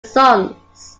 sons